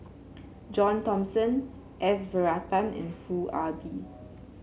John Thomson S Varathan and Foo Ah Bee